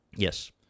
Yes